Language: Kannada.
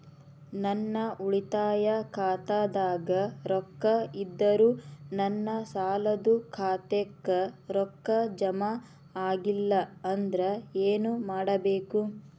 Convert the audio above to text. ನನ್ನ ಉಳಿತಾಯ ಖಾತಾದಾಗ ರೊಕ್ಕ ಇದ್ದರೂ ನನ್ನ ಸಾಲದು ಖಾತೆಕ್ಕ ರೊಕ್ಕ ಜಮ ಆಗ್ಲಿಲ್ಲ ಅಂದ್ರ ಏನು ಮಾಡಬೇಕು?